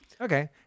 Okay